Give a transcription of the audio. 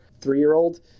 three-year-old